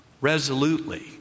resolutely